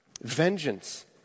vengeance